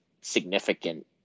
significant